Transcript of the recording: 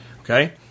Okay